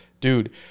Dude